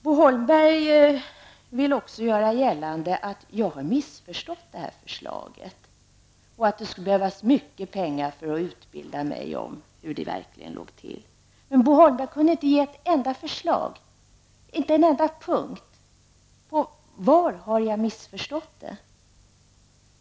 Bo Holmberg vill också göra gällande att jag har missförstått det här förslaget och att det skulle behövas mycket utbildningspengar för att upplysa mig om hur det verkligen ligger till. Men Bo Holmberg kunde inte på en enda punkt tala om vad jag hade missförstått.